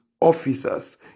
officers